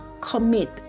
commit